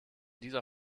dieser